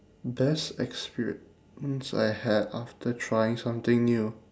best experience I had after trying something new